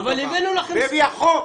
והביאה חוק